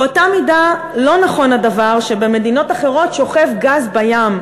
באותה מידה לא נכון הדבר שבמדינות אחרות שוכב גז בים,